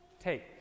Take